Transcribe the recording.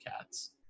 Cats